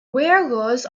wearers